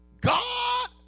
God